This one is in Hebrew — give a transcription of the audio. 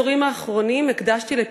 בהסתכלות על המציאות הישראלית במכלול גווניה